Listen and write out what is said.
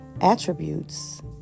attributes